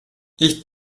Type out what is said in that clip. ich